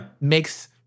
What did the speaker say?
makes